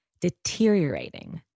deteriorating